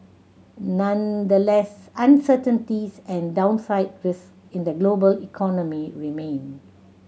nonetheless uncertainties and downside risk in the global economy remain